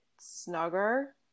snugger